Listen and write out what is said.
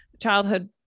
childhood